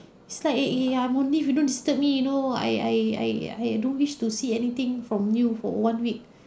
it's like !aiya! I'm only you don't disturb me you know I I I don't wish to see anything from you for one week